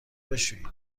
بشویید